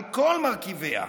על כל מרכיביה,